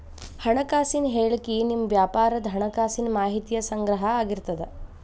ಹಣಕಾಸಿನ ಹೇಳಿಕಿ ನಿಮ್ಮ ವ್ಯಾಪಾರದ್ ಹಣಕಾಸಿನ ಮಾಹಿತಿಯ ಸಂಗ್ರಹ ಆಗಿರ್ತದ